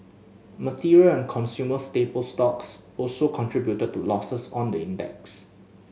material and consumer staple stocks also contributed to losses on the index